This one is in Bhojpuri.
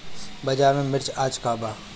बाजार में मिर्च आज का बा?